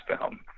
film